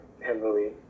heavily